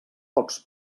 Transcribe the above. pocs